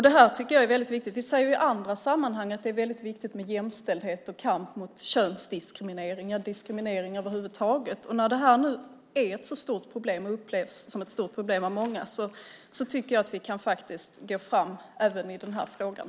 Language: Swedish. Detta är väldigt viktigt. Vi säger i andra sammanhang att det är väldigt viktigt med jämställdhet, kamp mot könsdiskriminering och diskriminering över huvud taget. När det här nu upplevs som ett så stort problem av många tycker jag att vi borde kunna gå fram även i den här frågan.